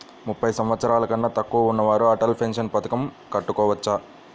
ముప్పై సంవత్సరాలకన్నా తక్కువ ఉన్నవారు అటల్ పెన్షన్ పథకం కట్టుకోవచ్చా?